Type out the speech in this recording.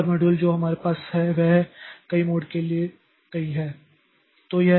एक और मॉड्यूल जो हमारे पास है वह कई मोड के लिए कई है